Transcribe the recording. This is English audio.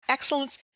Excellence